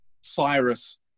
Cyrus